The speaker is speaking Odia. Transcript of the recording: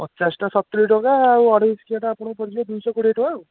ପଚାଶଟା ସତୁରୀ ଟଙ୍କା ଆଉ ଅଢ଼େଇଶହକିଆଟା ଆପଣଙ୍କୁ ପଡ଼ିଯିବ ଦୁଇଶହ କୋଡ଼ିଏ ଟଙ୍କା ଆଉ